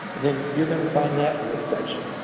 then you're going to find that in this section.